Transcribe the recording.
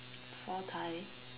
佛台